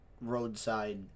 roadside